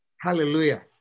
Hallelujah